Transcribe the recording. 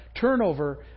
turnover